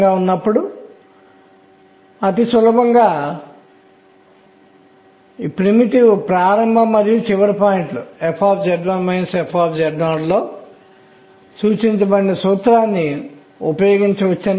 కోణీయ ద్రవ్యవేగం యొక్క కనిష్ట విలువ ఉండాలని బోర్ చెప్పినట్లు గుర్తుంచుకోండి ఆపై మీకు తెలిసిన ఇతర పూర్ణాంకాల మాదిరిగా అది మారుతూ ఉంటుంది